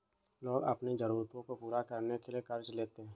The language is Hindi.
लोग अपनी ज़रूरतों को पूरा करने के लिए क़र्ज़ लेते है